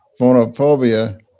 Phonophobia